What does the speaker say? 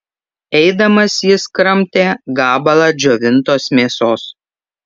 eidamas jis kramtė gabalą džiovintos mėsos